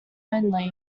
only